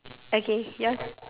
okay yours